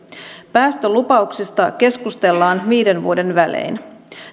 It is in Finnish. päästölupauksesta keskustellaan viiden vuoden välein